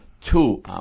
two